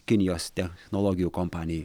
kinijos technologijų kompanijai